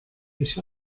ich